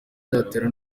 byatera